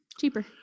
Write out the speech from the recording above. cheaper